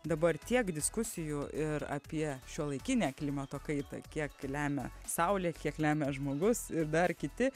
dabar tiek diskusijų ir apie šiuolaikinę klimato kaitą kiek tai lemia saulė kiek lemia žmogus ir dar kiti